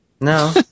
No